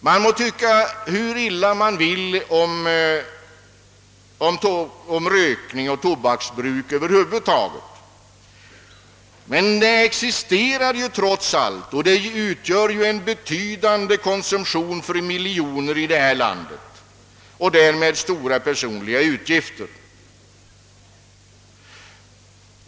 Man må tycka hur illa man vill om rökning och tobaksbruk över huvud taget, men trots allt existerar detta bruk. Miljoner människor i detta land konsumerar tobak och därmed ådrar sig stora personliga utgifter.